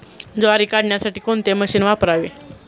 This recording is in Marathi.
ज्वारी काढण्यासाठी कोणते मशीन वापरावे?